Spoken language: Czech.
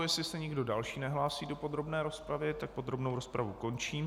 Jestli se nikdo další nehlásí do podrobné rozpravy, tak podrobnou rozpravu končím.